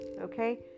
okay